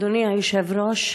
אדוני היושב-ראש,